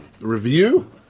review